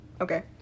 Okay